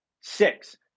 Six